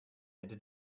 hätte